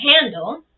handle